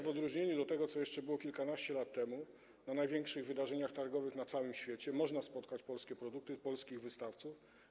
W odróżnieniu od tego, co było jeszcze kilkanaście lat temu, dzisiaj na największych wydarzeniach targowych na całym świecie można spotkać polskie produkty i polskich wystawców.